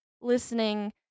listening